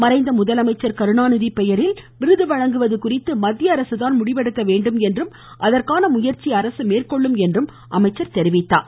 மறைந்த முதலமைச்சர் கருணாநிதி பெயரில் விருது வழங்குவது குறித்து மத்திய அரசு தான் முடிவெடுக்க வேண்டும் என்றும் அதற்கான முயற்சியை அரசு மேற்கொள்ளும் என்றும் அவர் கூறினார்